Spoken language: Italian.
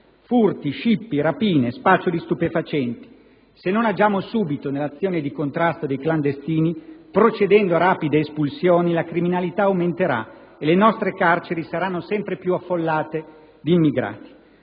furti, scippi, rapine, spaccio di stupefacenti. Se non agiamo subito nell'azione di contrasto dei clandestini, procedendo a rapide espulsioni, la criminalità aumenterà e le nostre carceri saranno sempre più affollate di immigrati.